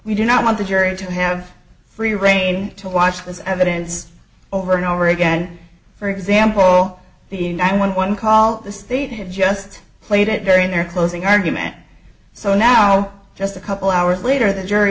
we do not want the jury to have free reign to watch this evidence over and over again for example the nine one one call the state have just played it very in their closing argument so now just a couple hours later the jury